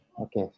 Okay